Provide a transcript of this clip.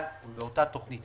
אבל באותה תוכנית,